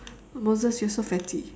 moses you're so fatty